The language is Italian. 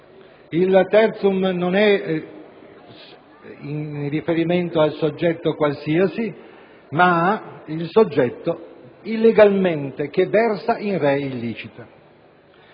il *tertium* non è in riferimento al soggetto qualsiasi, ma al soggetto che versa *in re illicita*.